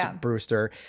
Brewster